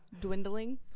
dwindling